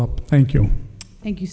up thank you thank you